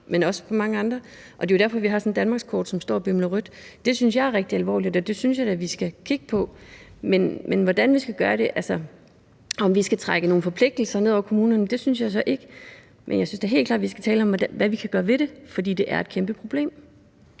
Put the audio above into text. men også på mange andre områder. Det er jo derfor, at vi har sådan et danmarkskort, der står og blinker rødt. Det synes jeg er rigtig alvorligt, og det synes jeg da vi skal kigge på. Men hvordan skal vi gøre det? Skal vi trække nogle forpligtelser ned over kommunerne? Det synes jeg så ikke, men jeg synes da helt klart, at vi skal tale om, hvad vi kan gøre ved det, for det er et kæmpe problem.